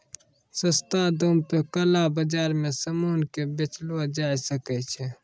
सस्ता दाम पे काला बाजार मे सामान के बेचलो जाय सकै छै